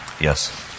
Yes